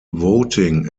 voting